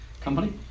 company